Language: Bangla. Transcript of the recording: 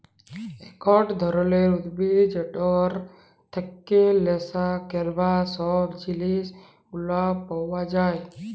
একট ধরলের উদ্ভিদ যেটর থেক্যে লেসা ক্যরবার সব জিলিস গুলা পাওয়া যায়